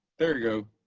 there you go.